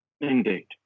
Indeed